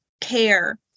care